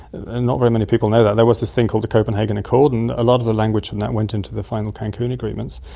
and not very many people know that. there was this thing called the copenhagen accord and a lot of the language from that went into the final cancun agreements.